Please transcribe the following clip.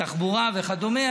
תחבורה וכדומה,